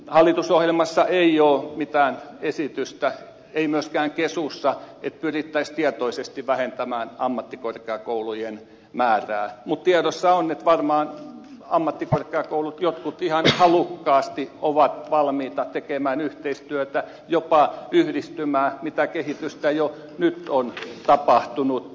hallitusohjelmassa ei ole mitään esitystä ei myöskään kesussa että pyrittäisiin tietoisesti vähentämään ammattikorkeakoulujen määrää mutta tiedossa on että varmaan ammattikorkeakoulut jotkut ihan halukkaasti ovat valmiita tekemään yhteistyötä jopa yhdistymään mitä kehitystä jo nyt on tapahtunut